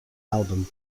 album